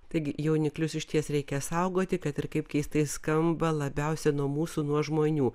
taigi jauniklius išties reikia saugoti kad ir kaip keistai skamba labiausiai nuo mūsų nuo žmonių